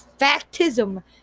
factism